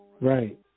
Right